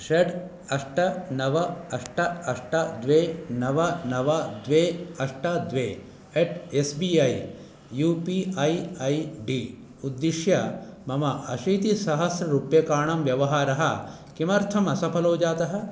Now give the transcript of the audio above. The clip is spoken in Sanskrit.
षट् अष्ट नव अष्ट अष्ट द्वे नव नव द्वे अष्ट द्वे at S B I U P I ID उद्दिश्य मम अशीतिसहस्ररूप्यकाणां व्यवहारः किमर्थम् असफलो जातः